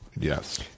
yes